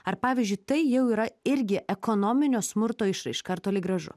ar pavyzdžiui tai jau yra irgi ekonominio smurto išraiška ar toli gražu